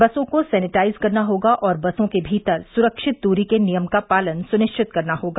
बसों को सेनिटाइज करना होगा और बसों के भीतर सुरक्षित दूरी के नियम का पालन सुनिश्चित करना होगा